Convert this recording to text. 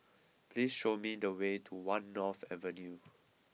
please show me the way to One North Avenue